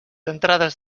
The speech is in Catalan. entrades